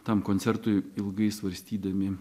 tam koncertui ilgai svarstydami